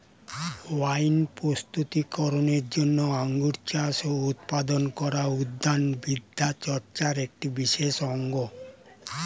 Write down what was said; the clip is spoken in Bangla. ওয়াইন প্রস্তুতি করনের জন্য আঙুর চাষ ও উৎপাদন করা উদ্যান বিদ্যাচর্চার একটি বিশেষ অঙ্গ